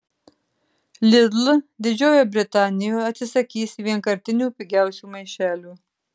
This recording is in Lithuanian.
lidl didžiojoje britanijoje atsisakys vienkartinių pigiausių maišelių